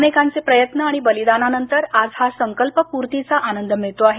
अनेकांचे प्रयत्न आणि बलिदानानंतर आज हा संकल्पपूर्तीचा आनंद मिळतो आहे